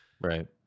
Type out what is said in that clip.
Right